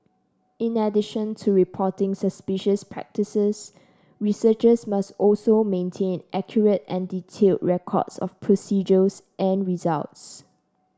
in addition to reporting suspicious practices researchers must also maintain accurate and detailed records of procedures and results